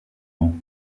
bancs